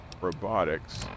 Robotics